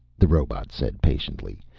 the robot said patiently.